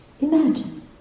Imagine